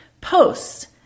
posts